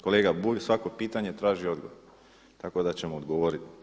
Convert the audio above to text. Kolega Bulj svako pitanje traži odgovor tako da ćemo odgovoriti.